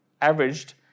averaged